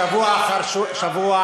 שבוע אחר שבוע,